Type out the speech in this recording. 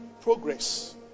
progress